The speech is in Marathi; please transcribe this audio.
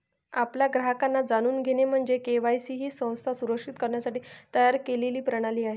आपल्या ग्राहकांना जाणून घेणे म्हणजे के.वाय.सी ही संस्था सुरक्षित करण्यासाठी तयार केलेली प्रणाली आहे